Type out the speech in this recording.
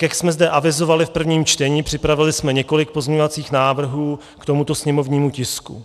Jak jsme zde avizovali v prvním čtení, připravili jsme několik pozměňovacích návrhů k tomuto sněmovnímu tisku.